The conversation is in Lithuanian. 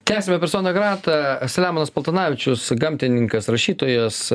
tęsiame persona grata selemonas paltanavičius gamtininkas rašytojas